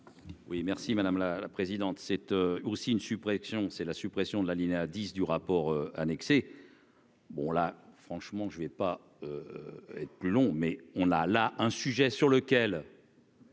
Oui merci madame la présidente, cette aussi une suppression, c'est la suppression de l'alinéa 10 du rapport annexé. Bon, là, franchement, je ne vais pas plus long mais on a là un sujet sur lequel.